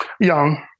young